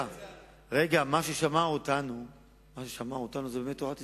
מה ששמר אותנו זה באמת תורת ישראל.